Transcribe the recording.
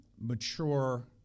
mature